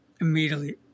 immediately